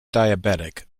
diabetic